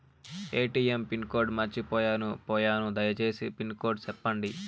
ATM pin code మర్చిపోయాను పోయాను దయసేసి పిన్ కోడ్ సెప్పండి?